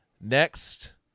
next